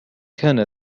كان